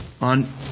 on